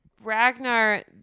Ragnar